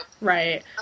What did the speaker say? right